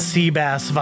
Seabass